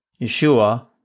Yeshua